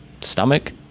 stomach